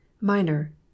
minor